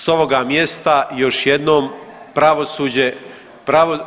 Sa ovoga mjesta još jednom pravosuđe